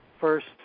first